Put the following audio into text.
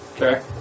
Okay